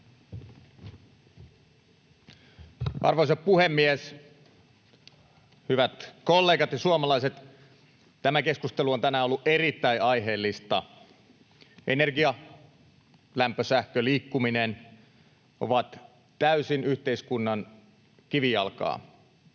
Arvoisa puhemies! Hyvät kollegat ja suomalaiset! Tämä keskustelu on tänään ollut erittäin aiheellista. Energia, lämpö, sähkö, liikkuminen ovat täysin yhteiskunnan kivijalkaa.